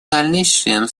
дальнейшая